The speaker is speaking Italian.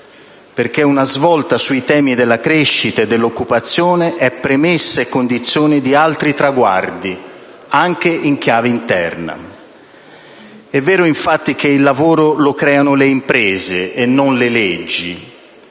Perché una svolta sui temi della crescita e dell'occupazione è premessa e condizione di altri traguardi, anche in chiave interna. È vero infatti che il lavoro lo creano le imprese e non le leggi,